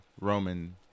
Roman